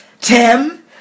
Tim